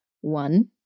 one